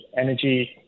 Energy